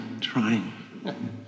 trying